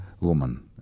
woman